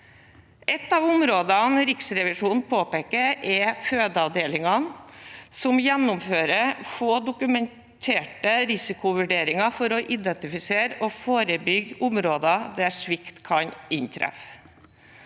Et av områdene Riksrevisjonen peker på, er fødeavdelingene, som gjennomfører få dokumenterte risikovurderinger for å identifisere og forebygge områder der svikt kan inntreffe.